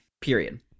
Period